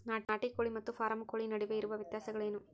ನಾಟಿ ಕೋಳಿ ಮತ್ತು ಫಾರಂ ಕೋಳಿ ನಡುವೆ ಇರುವ ವ್ಯತ್ಯಾಸಗಳೇನು?